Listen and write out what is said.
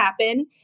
happen